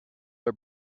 are